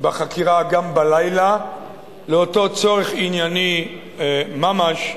בחקירה גם בלילה לאותו צורך ענייני ממש,